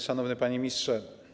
Szanowny Panie Ministrze!